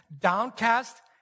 downcast